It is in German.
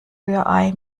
rührei